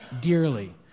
dearly